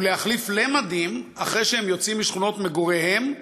ולהחליף למדים אחרי שהם יוצאים משכונות מגוריהם,